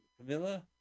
Camilla